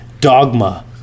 dogma